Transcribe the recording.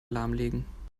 lahmlegen